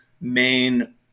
main